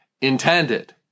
intended